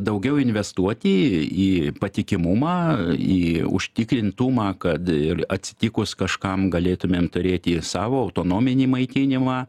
daugiau investuoti į patikimumą į užtikrintumą kad ir atsitikus kažkam galėtumėm turėti savo autonominį maitinimą